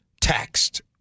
taxed